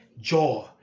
joy